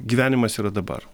gyvenimas yra dabar